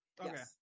Okay